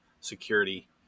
security